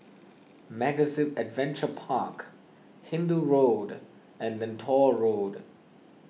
MegaZip Adventure Park Hindoo Road and Lentor Road